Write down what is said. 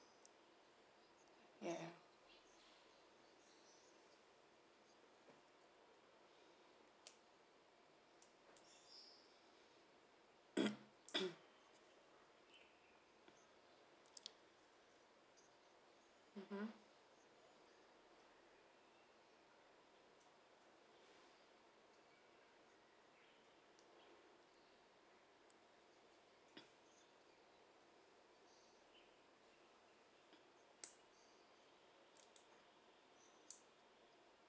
ya mmhmm